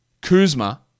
Kuzma